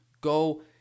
go